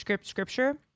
scripture